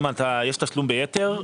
אם יש תשלום ביתר,